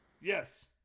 Yes